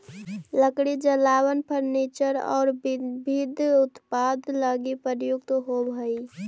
लकड़ी जलावन, फर्नीचर औउर विविध उत्पाद लगी प्रयुक्त होवऽ हई